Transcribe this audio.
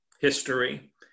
history